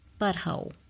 Butthole